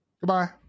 Goodbye